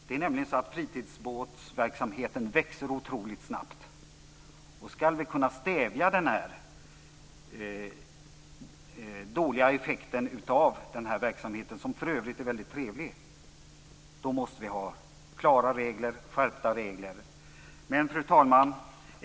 Det är nämligen så att fritidsbåtsverksamheten växer otroligt snabbt. Om vi ska kunna stävja den dåliga effekten av den här verksamheten, som för övrigt är väldigt trevlig, måste vi ha klara och skärpta regler. Fru talman!